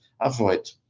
avoid